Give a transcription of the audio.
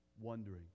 wondering